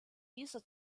dieser